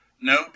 no